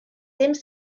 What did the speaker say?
temps